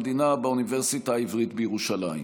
המדינה באוניברסיטה העברית בירושלים.